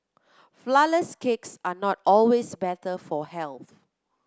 flour less cakes are not always better for health